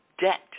debt